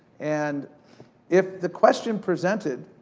and if the question presented,